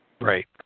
Right